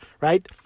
right